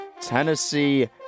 Tennessee